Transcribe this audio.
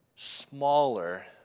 smaller